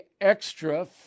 extra